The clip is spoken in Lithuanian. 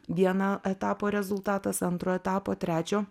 vieno etapo rezultatas antrojo etapo trečio